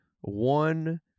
one